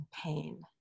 pain